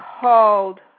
called